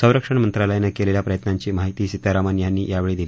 संरक्षणमंत्रालयानं केलेल्या प्रयत्नांची माहिती सीतारामन यांनी वेळी दिली